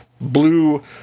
blue